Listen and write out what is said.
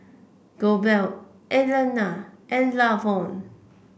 Goebel Alannah and Lavon